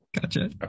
gotcha